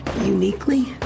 Uniquely